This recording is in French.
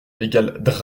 drame